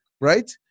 right